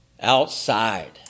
outside